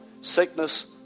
sickness